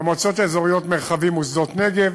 במועצות האזוריות מרחבים ושדות-נגב,